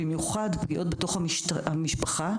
במיוחד פגיעות בתוך המשפחה,